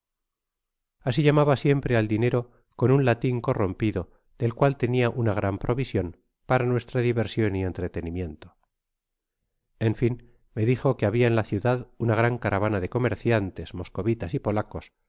asi llamaba siempre al dinero con un latin corrompí do del cual tenia una gran provision para nuestra diversión y entretenimiento en fio me dijo que habia en la ciudad una gran caravana de comerciantes moscovitas y polacos